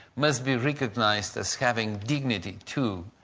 must be recognised as having dignity too.